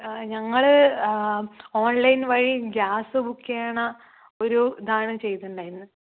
ഞങ്ങൾ ഓൺലൈൻ വഴി gas book ചെയ്യണ ഒരിതാണ് ചെയ്തിട്ടുണ്ടായിരുന്നത്